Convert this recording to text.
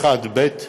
48(ב)(1)(ב)